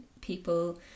people